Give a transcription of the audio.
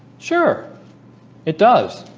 sure it does